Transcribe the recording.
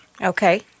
Okay